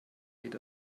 geht